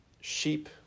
sheep